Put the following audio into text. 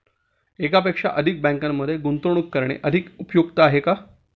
एकापेक्षा अधिक बँकांमध्ये गुंतवणूक करणे अधिक उपयुक्त आहे का?